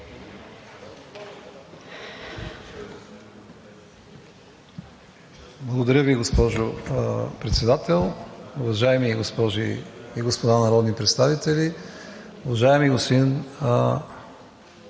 Благодаря Ви, госпожо Председател. Уважаеми госпожи и господа народни представители! Уважаеми господин